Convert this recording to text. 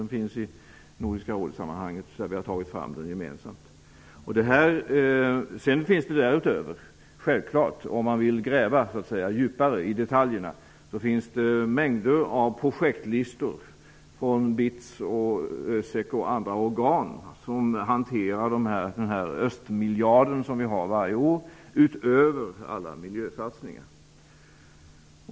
Den finns med i Nordiska rådet-sammanhanget, eftersom vi har tagit fram den gemensamt. Om man vill gräva djupare i detaljerna finns det självfallet därutöver mängder av projektlistor från BITS, ÖSEK och andra organ som hanterar den ''östmiljard'' som vi har att tillgå varje år, utöver alla miljösatsningar.